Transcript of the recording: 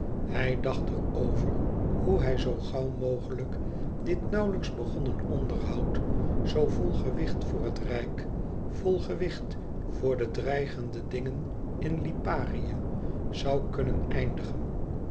hij dacht er over hoe hij zoo gauw mogelijk dit nauwlijks begonnen onderhoud zoo vol gewicht voor het rijk vol gewicht voor de dreigende dingen in liparië zoû kunnen eindigen